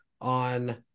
on